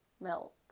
milk